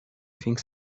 think